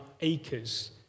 acres